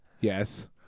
Yes